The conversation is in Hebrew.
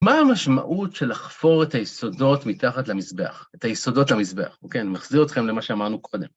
מה המשמעות של לחפור את היסודות מתחת למזבח, את היסודות למזבח, אוקיי? אני מחזיר אתכם למה שאמרנו קודם.